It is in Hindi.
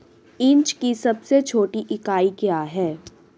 इंच की सबसे छोटी इकाई क्या है?